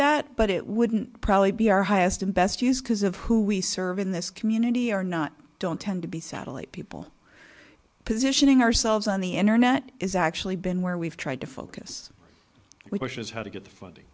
that but it wouldn't probably be our highest and best use because of who we serve in this community are not don't tend to be satellite people positioning ourselves on the internet is actually been where we've tried to focus we question is how to get the funding